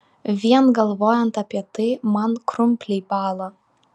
vien galvojant apie tai man krumpliai bąla